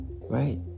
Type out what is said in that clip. Right